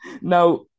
now